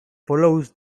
follows